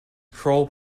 troll